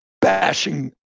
bashing